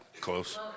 close